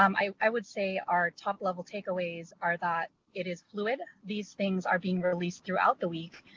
um i i would say our top level take aways are that it is fluid. these things are being released throughout the week.